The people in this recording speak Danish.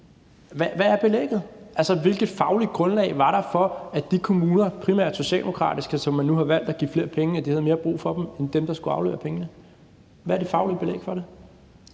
Hvad er belægget? Hvilket fagligt grundlag var der for, at de kommuner, primært socialdemokratiske, som man nu har valgt at give flere penge, havde mere brug for dem end dem, der skal aflevere pengene? Hvad er det faglige belæg for det?